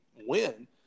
win